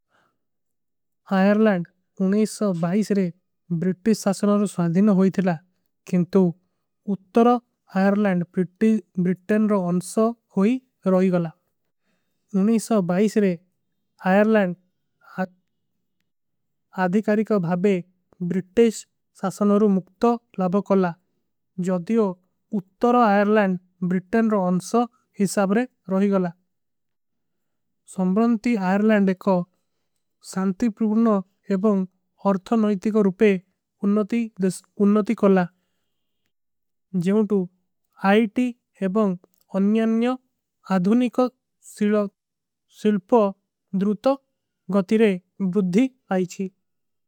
ଆଯରଲଂଡ ରେ ବ୍ରିତିଶ ସାସନୋର ସ୍ଵାଧିନ ହୋଈ ଥିଲା କିନ୍ତୁ ଉତ୍ତର। ଆଯରଲଂଡ ବ୍ରିଟେଶ ବ୍ରିଟେନ ରୋ ଅନ୍ସଵ ହୋଈ ରୋଈ। ଗଳା ରେ ଆଯରଲଂଡ ଅଧିକାରୀ କା ଭାବେ। ବ୍ରିଟେଶ ସାସନୋରୁ ମୁକ୍ତୋ ଲବକୋଲା ଜଦିଯୋ ଉତ୍ତର ଆଯରଲଂଡ ବ୍ରିଟେନ। ରୋ ଅନ୍ସଵ ହିସାବରେ ରୋହୀ ଗଳା ସଂବ୍ରଂତି ଆଯରଲଂଡ ଏକ ଶାଂତି। ପୁର୍ଣ ଏବଂ ଅର୍ଥା ନଯତି କା ରୁପେ ଉନ୍ନତି କୋଲା ଜୈମୁଟୁ ଆଯଟୀ। ଏବଂ ଅନ୍ଯାନ୍ଯ ଅଧୁନିକ ସିଲ୍ପ ଦୁରୂତ ଗତିରେ ବୁଦ୍ଧୀ ଆଯଚୀ।